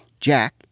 Jack